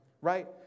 Right